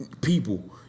people